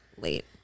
late